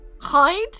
hide